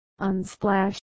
unsplash